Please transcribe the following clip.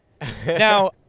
Now